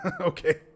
Okay